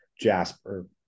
Jasper